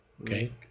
Okay